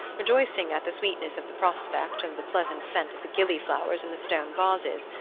rejoicing at the sweetness of the prospect and the pleasant scent of the gilly-flowers in the stone vases,